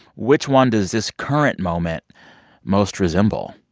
which one does this current moment most resemble?